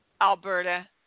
Alberta